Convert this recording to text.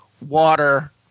water